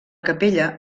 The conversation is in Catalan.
capella